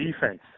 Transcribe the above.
defense